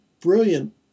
brilliant